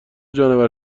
جانور